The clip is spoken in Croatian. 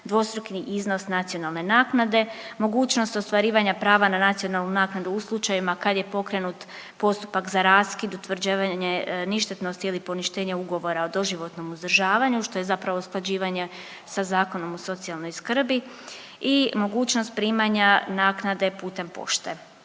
dvostruki iznos nacionalne naknade, mogućnost ostvarivanja prava na nacionalnu naknadu u slučajevima kad je pokrenut postupak za raskid, utvrđivanje ništetnosti i poništenje ugovora o doživotnom uzdržavanju što je zapravo usklađivanje sa Zakonom o socijalnoj skrbi i mogućnost primanja naknade putem pošte.